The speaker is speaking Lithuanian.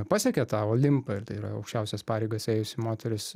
pasiekė tą olimpą ir tai yra aukščiausias pareigas ėjusi moteris